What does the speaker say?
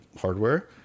hardware